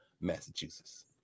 Massachusetts